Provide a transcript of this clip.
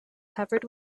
covered